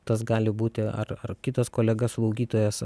tas gali būti ar ar kitas kolega slaugytojas